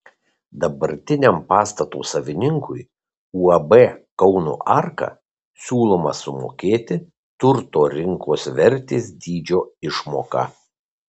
dabartiniam pastato savininkui uab kauno arka siūloma sumokėti turto rinkos vertės dydžio išmoką